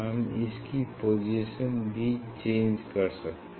हम इसकी पोजीशन भी चेंज कर सकते हैं